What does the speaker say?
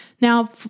Now